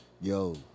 Yo